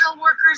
workers